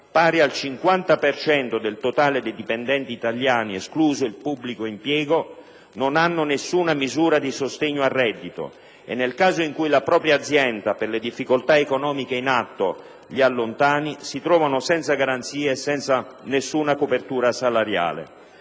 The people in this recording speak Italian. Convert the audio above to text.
per cento del totale dei dipendenti italiani, escluso il pubblico impiego, non hanno alcuna misura di sostegno al reddito e, nel caso in cui la propria azienda, per le difficoltà economiche in atto, li allontanasse, si troverebbero senza garanzie e senza copertura salariale.